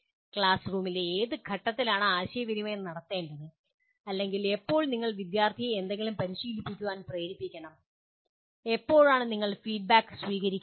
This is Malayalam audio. ക്ലാസ് റൂമിലെ ഏത് ഘട്ടത്തിലാണ് ആശയവിനിമയം നടത്തേണ്ടത് അല്ലെങ്കിൽ എപ്പോൾ നിങ്ങൾ വിദ്യാർത്ഥിയെ എന്തെങ്കിലും പരിശീലിപ്പിക്കാൻ പ്രേരിപ്പിക്കണം എപ്പോഴാണ് നിങ്ങൾ ഫീഡ്ബാക്ക് സ്വീകരിക്കുന്നത്